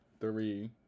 Three